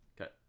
Okay